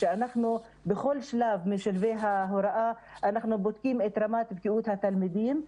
בכל שלב משלבי ההוראה אנחנו בודקים את רמת בקיאות התלמידים.